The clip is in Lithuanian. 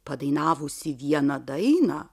padainavusi vieną dainą